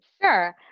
Sure